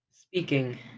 speaking